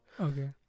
Okay